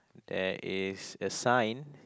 there is a sign